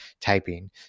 typing